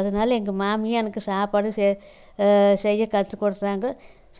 அதனால் எங்கள் மாமியார் எனக்கு சாப்பாடு செ செய்ய கற்று கொடுத்தாங்கோ